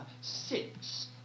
six